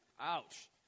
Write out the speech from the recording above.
Ouch